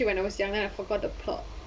when I was younger I forgot the plot